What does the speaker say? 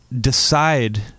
decide